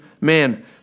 Man